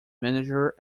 manager